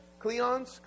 Cleons